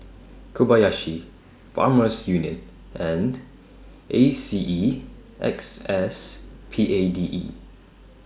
Kobayashi Farmers Union and A C E X S P A D E